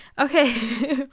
okay